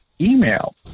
email